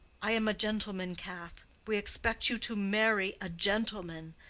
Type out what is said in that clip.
i am a gentleman, cath. we expect you to marry a gentleman,